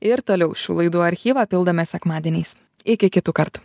ir toliau šių laidų archyvą pildome sekmadieniais iki kitų kartų